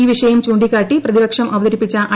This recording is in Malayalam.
ഈ വിഷയം ചൂണ്ടിക്കാട്ടി പ്രതിപക്ഷം അവതരിപ്പിച്ചു